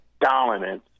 dominance